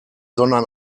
sondern